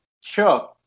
Sure